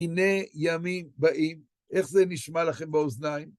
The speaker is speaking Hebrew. הנה ימים באים. איך זה נשמע לכם באוזניים?